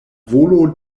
volo